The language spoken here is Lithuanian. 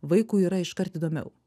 vaikui yra iškart įdomiau